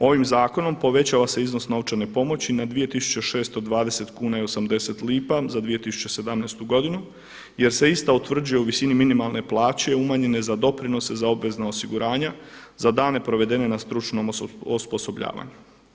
Ovim zakonom povećava se iznos novčane pomoći na 2.620,80 kuna za 2017. godinu jer se ista utvrđuje u visini minimalne plaće umanjene za doprinose za obvezna osiguranja, za dane provedene na stručnom osposobljavanju.